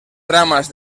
tramas